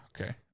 Okay